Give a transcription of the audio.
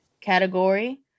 category